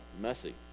messy